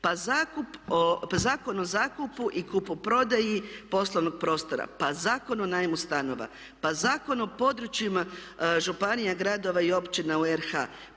Pa Zakon o zakupu i kupoprodaji poslovnog prostora, pa Zakon o najmu stanova, pa Zakon o područjima županija, gradova i općina u RH,